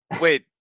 Wait